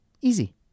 Easy